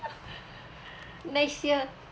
next year